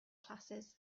classes